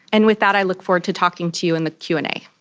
and with that i look forward to talking to you in the q and a.